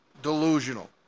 delusional